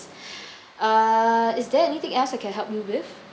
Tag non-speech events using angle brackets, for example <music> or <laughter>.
<breath> uh is there anything else I can help you with